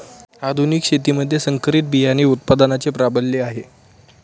आधुनिक शेतीमध्ये संकरित बियाणे उत्पादनाचे प्राबल्य आहे